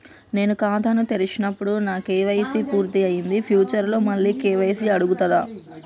నేను ఖాతాను తెరిచినప్పుడు నా కే.వై.సీ పూర్తి అయ్యింది ఫ్యూచర్ లో మళ్ళీ కే.వై.సీ అడుగుతదా?